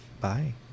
Bye